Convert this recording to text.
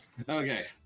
Okay